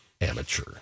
amateur